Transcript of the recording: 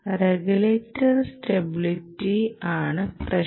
regulator stability ആണ് പ്രശ്നം